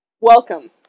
Welcome